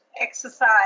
exercise